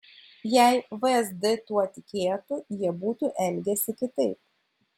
jei vsd tuo tikėtų jie būtų elgęsi kitaip